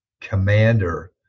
commander